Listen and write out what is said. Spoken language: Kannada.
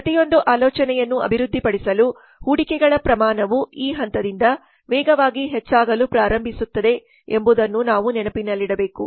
ಪ್ರತಿಯೊಂದು ಆಲೋಚನೆಯನ್ನು ಅಭಿವೃದ್ಧಿಪಡಿಸಲು ಹೂಡಿಕೆಗಳ ಪ್ರಮಾಣವು ಈ ಹಂತದಿಂದ ವೇಗವಾಗಿ ಹೆಚ್ಚಾಗಲು ಪ್ರಾರಂಭಿಸುತ್ತದೆ ಎಂಬುದನ್ನು ನಾವು ನೆನಪಿನಲ್ಲಿಡಬೇಕು